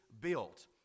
built